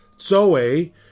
zoe